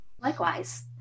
likewise